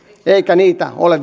eikä niitä ole